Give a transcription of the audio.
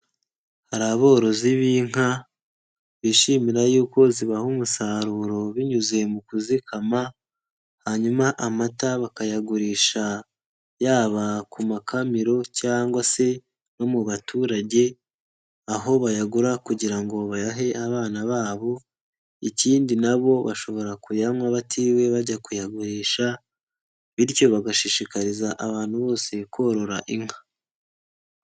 Hari aborozi b'inka, bishimira yuko zibaha umusaruro binyuze mu kuzikama, hanyuma amata bakayagurisha yaba ku makamiro cyangwa se no mu abaturage, aho bayagura kugira ngo bayahe abana babo, ikindi nabo bashobora kuyanywa batiriwe bajya kuyagurisha bityo bagashishikariza abantu bose korora inka.